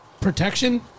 protection